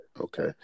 Okay